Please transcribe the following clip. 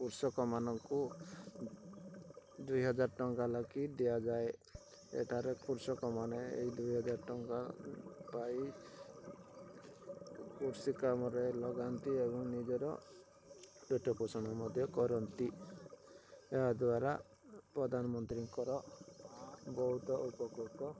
କୃଷକମାନଙ୍କୁ ଦୁଇ ହଜାର ଟଙ୍କା ଲାଖି ଦିଆଯାଏ ଏଠାରେ କୃଷକମାନେ ଏଇ ଦୁଇହଜାର ଟଙ୍କା ପାଇ କୃଷି କାମରେ ଲଗାନ୍ତି ଏବଂ ନିଜର ପେଟ ପୋଷଣ ମଧ୍ୟ କରନ୍ତି ଏହାଦ୍ୱାରା ପ୍ରଧାନମନ୍ତ୍ରୀଙ୍କର ବହୁତ ଉପକୃତ